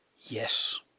Yes